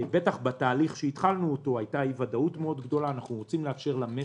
בתהליך שהתחלנו הייתה ודאות מאוד גדולה ואנחנו רוצים לאפשר למשק,